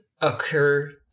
occur